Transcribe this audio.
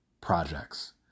projects